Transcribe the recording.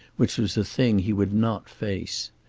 which was the thing he would not face.